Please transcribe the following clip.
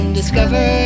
discover